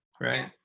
right